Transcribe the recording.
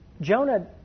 Jonah